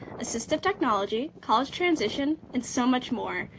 assistive technology, college transition, and so much more,